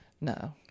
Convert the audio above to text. No